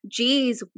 Jeez